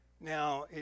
Now